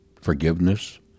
forgiveness